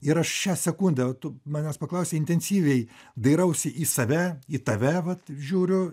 ir aš šią sekundę tu manęs paklausei intensyviai dairausi į save į tave vat žiūriu